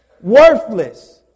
Worthless